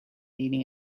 leaning